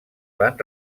van